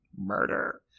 Murder